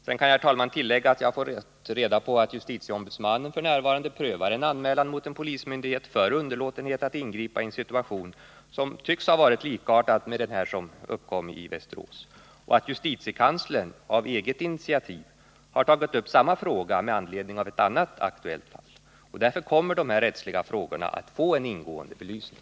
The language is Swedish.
Vidare kan jag, herr talman, tillägga att jag fått reda på att justitieombudsmannen f. n. prövar en anmälan mot en polismyndighet för underlåtenhet att ingripa i en situation som tycks ha varit likartad med den som uppkommit i Västerås och att justitiekanslern av eget initiativ har tagit upp samma fråga med anledning av ett annat aktuellt fall. Därför kommer dessa rättsliga frågor att få en ingående belysning.